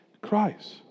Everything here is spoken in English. Christ